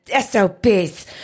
SOPs